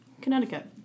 Connecticut